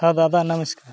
हा दादा नमस्कार